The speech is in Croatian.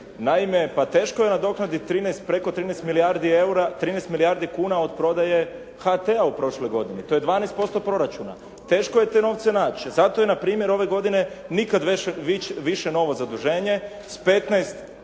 13, preko 13 milijardi eura, 13 milijardi kuna od prodaje HT-a u prošloj godini, to je 12% proračuna. Teško je te novce naći. Zato je na primjer ove godine nikada više novo zaduženje sa 15